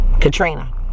Katrina